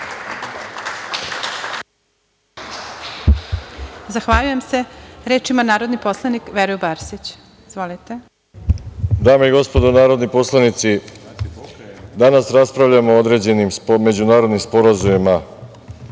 Zahvaljujem se. Reč ima narodni poslanik Veroljub Arsić. Izvolite. **Veroljub Arsić** Dame i gospodo narodni poslanici, danas raspravljamo o određenim međunarodnim sporazumima